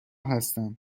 هستم